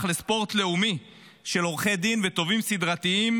לספורט לאומי של עורכי דין ותובעים סדרתיים,